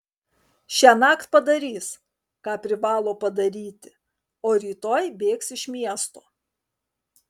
šiąnakt padarys ką privalo padaryti o rytoj bėgs iš miesto